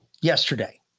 yesterday